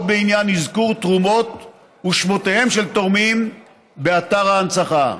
בעניין אזכור תרומות ושמותיהם של תורמים באתר ההנצחה.